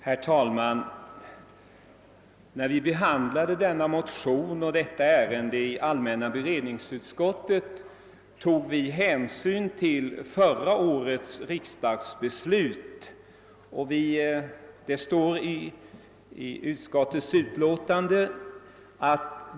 Herr talman! När vi behandlade detta ärende i allmänna beredningsutskottet tog vi hänsyn till förra årets riksdagsbeslut.